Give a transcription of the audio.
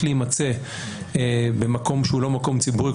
להימצא במקום שהוא לא מקום ציבורי,